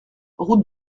route